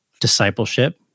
discipleship